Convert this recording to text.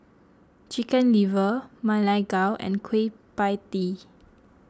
Chicken Liver Ma Lai Gao and Kueh Pie Tee